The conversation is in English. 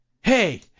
Hey